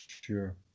Sure